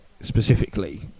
specifically